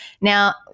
Now